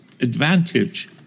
advantage